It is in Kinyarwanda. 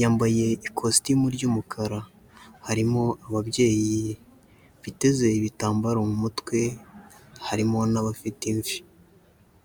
yambaye ikositimu ry'umukara. Harimo ababyeyi biteze ibitambaro mu mutwe harimo n'abafite imvi.